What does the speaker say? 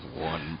One